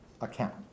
account